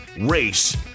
race